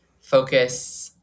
focus